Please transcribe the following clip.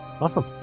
awesome